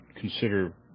consider